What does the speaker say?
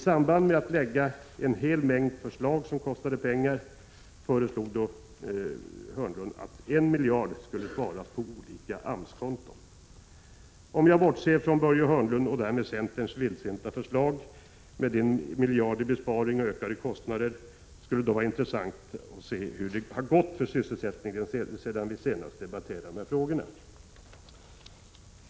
Samtidigt som det lades fram en hel mängd förslag som kostade pengar, föreslog Börje Hörnlund att 1 miljard kronor skulle sparas på olika AMS-konton. Om jag bortser från Börje Hörnlunds, och därmed centerns, vildsinta förslag om 1 miljard kronor i besparingar och samtidigt ökade kostnader, är det intressant att se hur det har gått när det gäller sysselsättningen sedan vi senast debatterade dessa frågor.